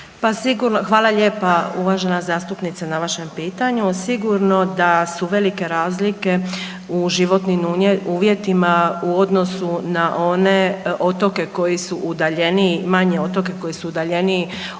Hvala lijepa uvažena zastupnice na vašem pitanju. Sigurno da su velike razlike u životnim uvjetima u odnosu na one otoke koji su udaljeniji,